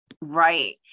Right